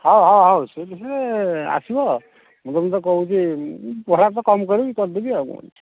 ହେଉ ହେଉ ହେଉ ସେଥିରେ ଆସିବ ମୁଁ ତୁମକୁ ତ କହୁଛି ଭଡ଼ା ତ କମ କରିକି କରିଦେବି ଆଉ କ'ଣ ଅଛି